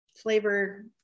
Flavor